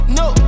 no